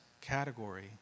category